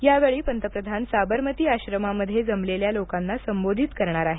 यावेळी पंतप्रधान साबरमती आश्रमामध्ये जमलेल्या लोकांना संबोधित करणार आहेत